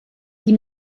die